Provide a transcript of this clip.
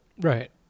Right